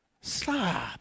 Stop